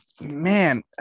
man